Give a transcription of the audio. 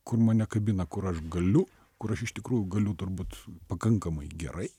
kur mane kabina kur aš galiu kur aš iš tikrųjų galiu turbūt pakankamai gerai